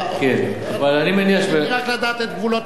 כן, אבל אני מניח, רציתי רק לדעת את גבולות הגזרה.